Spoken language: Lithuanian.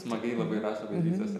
smagiai labai rašo gudrydsuose